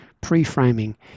pre-framing